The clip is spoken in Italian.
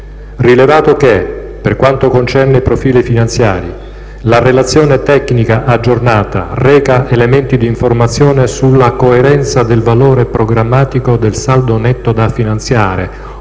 rilevato che, per quanto concerne i profili finanziari: - la relazione tecnica aggiornata reca elementi di informazione sulla coerenza del valore programmatico del saldo netto da finanziare